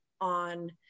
on